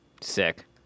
Sick